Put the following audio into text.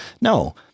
No